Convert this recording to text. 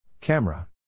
Camera